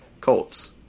Colts